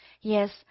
Yes